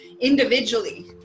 individually